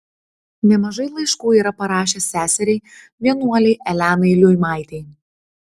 nemažai laiškų yra parašęs seseriai vienuolei elenai liuimaitei